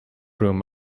room